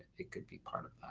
it could be part of